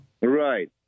Right